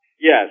Yes